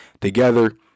together